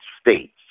States